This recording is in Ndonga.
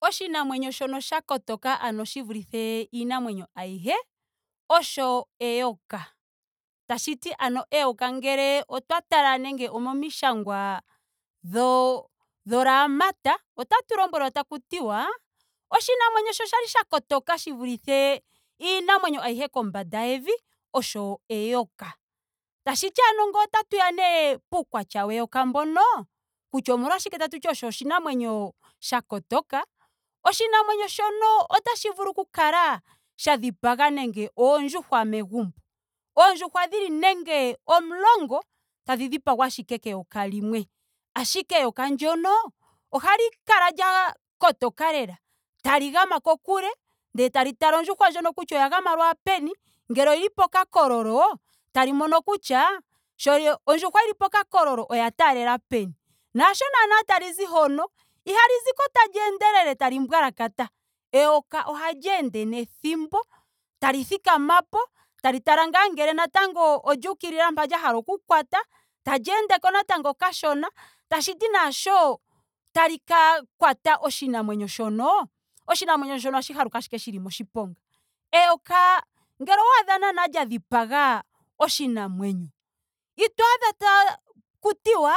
Oshinamwenyo shoka sha kotoka ano shi vulithe iinamwenyo ayihe osho eyoka. Tashiti ano eyoka ngele otwa tala nenge omomishangwa dho- dhoraamata otatu lombwelwa taku tiwa oshinamwenyo shi kwali sha kotoka shi vulithe iinamwenyo ayihe kombanda yevi osho eyoka. Tashiti ano ngele otatu ya nee kuukwatya weyoka mboka kutya omolwashike tatuti osho oshinamwenyo sha kotoka. oshinamwenyo shono otashi vulu oku kala sha dhipaga nando oondjuhwa megumbo. Oondjuhwa dhili nenge omulongo. tadhi dhipaga ashike keyoka limwe. Ashike eyoka ndyoka ohali kala lya kotoka lela. tali gama kokule ndee tali tala ondjuhwa ndjono kutya oya gama lwaapeni. ngele oyili pokakololo tali mono kutya sho ondjuhwa yili pokakololo oya taalela peni. naasho naana talizi hono ihali ziko tali endelele tali mbwalakata. Eyoka ohali ende pethimbo. tali thikimapo tali ngaa ngele natango olyuukilila mpa lya hala oku kwata. tali endeko natango kashona. tashiti naasho tali ka kwata oshinamwenyo shono. oshinamwenyo shono ohashi haluka ashike shili moshiponga. Eyoka ngele owaadha naana lya dhipaga oshinamwenyo. ito adha taku tiwa